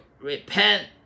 repent